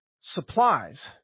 supplies